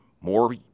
more